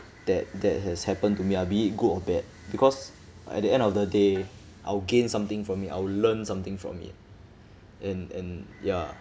that that has happened to me ah be it good or bad because at the end of the day I will gain something from it I will learn something from it and and ya